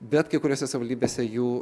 bet kai kuriose savivaldybėse jų